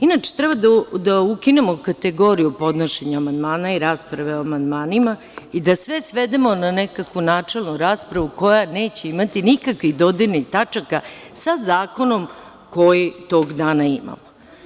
Inače, treba da ukinemo kategoriju podnošenja amandmana i rasprave o amandmanima i da sve svedemo na nekakvu načelnu raspravu koja neće imati nikakvih dodirnih tačaka sa zakonom koji tog dana imamo.